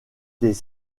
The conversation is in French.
des